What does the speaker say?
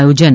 આયોજન